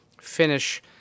finish